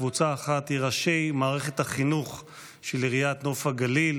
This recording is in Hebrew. קבוצה אחת היא ראשי מערכת החינוך של עיריית נוף הגליל,